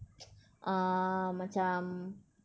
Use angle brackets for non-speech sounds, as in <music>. <noise> err macam